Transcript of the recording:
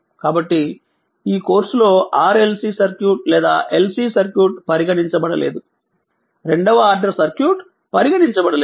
కాబట్టి ఈ కోర్సులో RLC సర్క్యూట్ లేదా LC సర్క్యూట్ పరిగణించబడలేదు రెండవ ఆర్డర్ సర్క్యూట్ పరిగణించబడలేదు